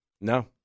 No